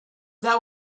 that